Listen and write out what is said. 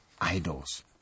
idols